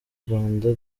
rwanda